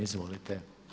Izvolite.